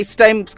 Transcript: time